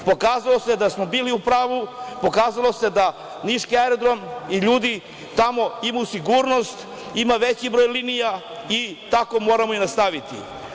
Pokazao se da smo bili u pravu, pokazalo se da niški aerodrom i ljudi tamo imaju sigurnost, ima veći broj linija i tako moramo i nastaviti.